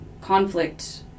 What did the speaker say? conflict